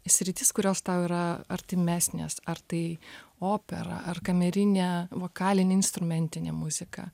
sritis kurios tau yra artimesnės ar tai operą ar kamerinę vokalinę instrumentinę muziką